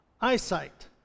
eyesight